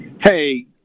Hey